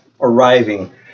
arriving